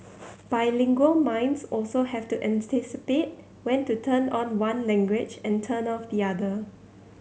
bilingual minds also have to when to turn on one language and turn off the other